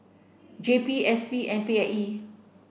J P S P and P I E